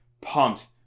pumped